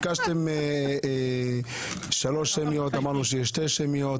ביקשתם שלוש שמיות ואמרנו שיהיו שתי שמיות.